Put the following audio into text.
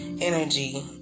energy